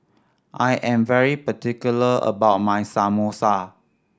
I am very particular about my Samosa